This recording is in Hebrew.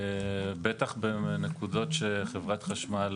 בטח בנקודות שחברת החשמל